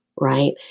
right